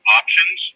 options